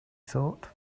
thought